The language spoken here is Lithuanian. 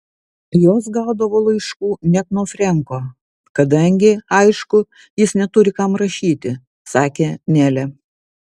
jos gaudavo laiškų net nuo frenko kadangi aišku jis neturi kam rašyti sakė nelė